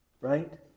right